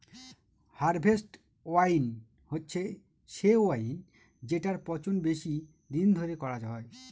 harvest wine হচ্ছে সে wine যেটার পচন বেশি দিন ধরে করা হয়